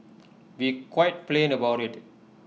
be quite plain about IT